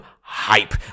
hype